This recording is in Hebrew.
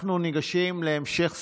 אנחנו ניגשים להמשך סדר-היום,